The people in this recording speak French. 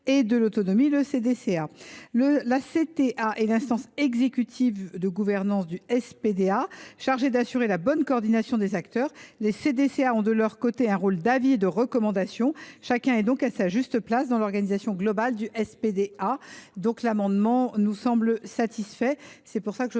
de la CTA au CDCA. La CTA est l’instance exécutive de gouvernance du SPDA, chargée d’assurer la bonne coordination des acteurs. De leur côté, les CDCA ont un rôle d’avis et de recommandations. Chacun est donc à sa juste place dans l’organisation globale du SPDA. Ces amendements me paraissant